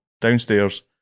downstairs